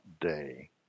day